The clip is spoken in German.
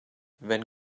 wenn